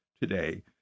today